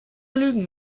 lügen